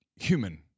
Human